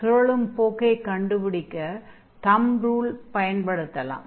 சுழலும் போக்கைக் கண்டுபிடிக்க 'தம்பு ரூல்' பயன்படுத்தலாம்